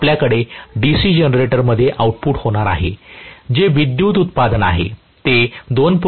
आपल्याकडे DC जनरेटरमध्ये output होणार आहे जे विद्युत उत्पादन आहे ते 2